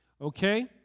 Okay